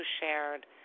shared